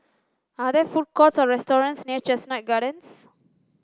are there food courts or restaurants near Chestnut Gardens